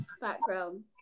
background